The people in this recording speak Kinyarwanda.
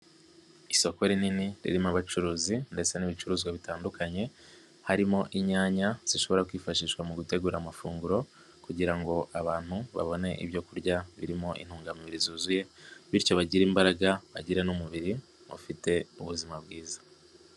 Isoko rinini, ririmo abacuruzi ndetse n'ibicuruzwa bitandukanye, harimo inyanya zishobora kwifashishwa mu gutegura amafunguro kugira ngo abantu babone ibyo kurya, birimo intungamubiri zuzuye, bityo bagire imbaraga, bagire n'umubiri, ufite ubuzima bwiza.